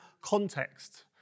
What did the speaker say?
context